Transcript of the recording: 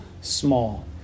small